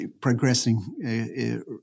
progressing